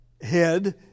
head